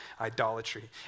idolatry